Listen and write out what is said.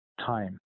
time